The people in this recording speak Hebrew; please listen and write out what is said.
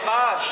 ממש.